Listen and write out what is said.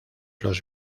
los